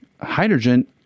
hydrogen